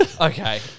Okay